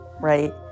right